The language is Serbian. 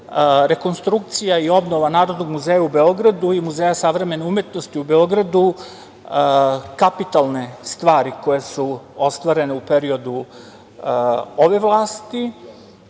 rekonstrukcija i obnova Narodnog muzeja u Beogradu i muzeja Savremene umetnosti u Beogradu kapitalne stvari koje su ostvarene u periodu ove vlasti